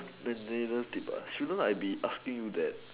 the little tip shouldn't I be asking you that